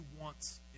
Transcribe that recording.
wants